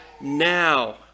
now